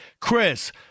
Chris